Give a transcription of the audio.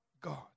God